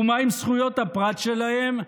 מה עם זכויות הפרט שלהם?